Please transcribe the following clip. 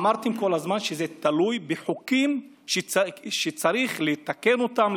אמרתם כל הזמן שהוא תלוי בחוקים שצריך לתקן אותם,